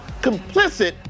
complicit